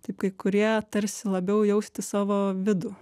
taip kai kurie tarsi labiau jausti savo vidų